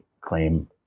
claim